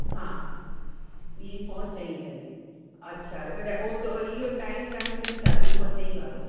हा ॿीं खां चईं ताईं अछा मतिलबु ओति इहो टाइम ई तव्हांजो फ़िक्स आहे ॿीं खां चईं वारो